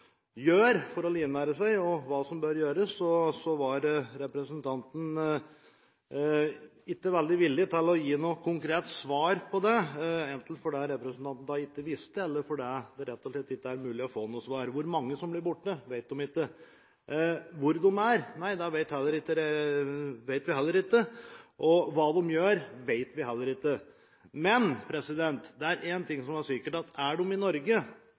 gjør for å livnære seg og hva som bør gjøres, var representanten ikke veldig villig til å gi noe konkret svar på det, enten fordi representanten ikke visste det eller fordi det rett og slett ikke er mulig å få noe svar. Hvor mange som blir borte, vet vi ikke. Hvor de er – nei, det vet vi heller ikke. Hva de gjør, vet vi heller ikke. Men én ting er sikkert. Er de i Norge, lever de i hvert fall ikke av en jobb der de er ansatt i